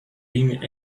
been